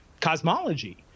cosmology